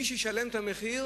מי שישלם את המחיר